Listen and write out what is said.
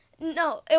no